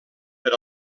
per